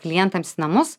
klientams į namus